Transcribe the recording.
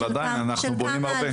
אבל עדיין אנחנו בונים הרבה.